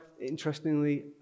interestingly